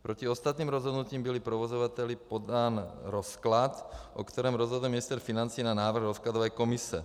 Proti ostatním rozhodnutím byl provozovateli podán rozklad, o kterém rozhodne ministr financí na návrh rozkladové komise.